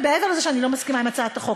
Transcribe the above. מעבר לזה שאני לא מסכימה להצעת החוק,